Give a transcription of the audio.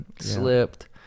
slipped